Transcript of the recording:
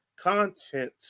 content